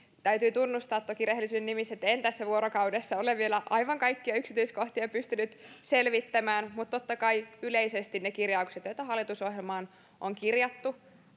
täytyy tunnustaa toki rehellisyyden nimissä että en tässä vuorokaudessa ole vielä aivan kaikkia yksityiskohtia pystynyt selvittämään mutta totta kai on yleisesti ne kirjaukset joita hallitusohjelmaan on kirjattu